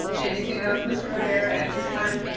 anything else, mr. rivera, at this time?